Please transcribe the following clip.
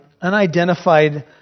unidentified